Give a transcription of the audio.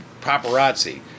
paparazzi